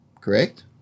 Correct